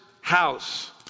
house